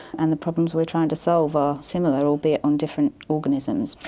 and the problems we are trying to solve are similar, albeit on different organisms.